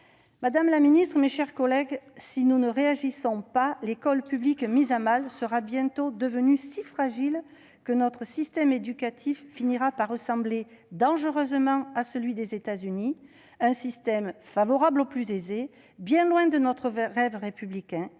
Madame la secrétaire d'État, mes chers collègues, si nous ne réagissons pas, l'école publique, déjà mise à mal, sera bientôt devenue si fragile que notre système éducatif finira par ressembler dangereusement à celui des États-Unis : un système favorable aux plus aisés, bien loin de notre rêve républicain.